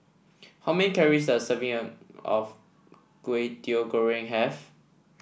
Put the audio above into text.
how many calories does serving of Kway Teow Goreng have